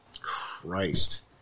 Christ